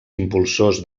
impulsors